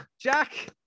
jack